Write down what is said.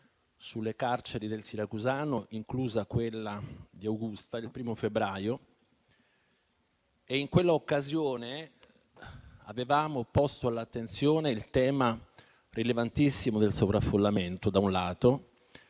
sulle carceri del siracusano, incluso quella di Augusta, il 1° febbraio. In quell'occasione avevamo posto all'attenzione il tema rilevantissimo del sovraffollamento - da un lato